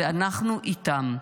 ואנחנו איתם.